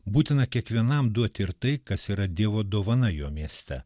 būtina kiekvienam duoti ir tai kas yra dievo dovana jo mieste